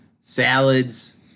salads